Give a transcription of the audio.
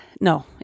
No